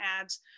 ads